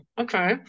okay